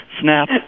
snap